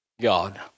God